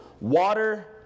water